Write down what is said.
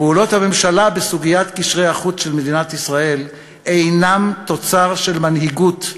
פעולות הממשלה בסוגיית קשרי החוץ של מדינת ישראל אינן תוצר של מנהיגות,